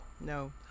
No